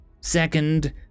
Second